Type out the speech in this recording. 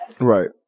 Right